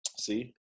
See